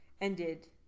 ended